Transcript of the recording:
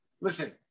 Listen